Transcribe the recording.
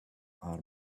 are